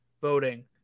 voting